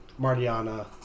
Martiana